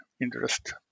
interest